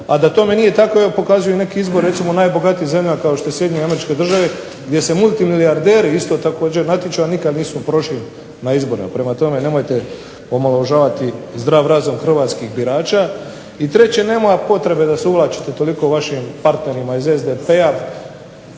a da to nije tako, pokazuju neki izbori recimo najbogatija zemlja kao što je Sjedinjene Američke Države gdje se multimilijarderi isto također natječu a nikada nisu prošli na izborima. Prema tome, nemojte omalovažavati zdrav razum hrvatskih birača. I treće nema potrebe da se uvlačite toliko vašim partnerima iz SDP-a